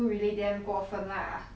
ya lah 我也是这样觉得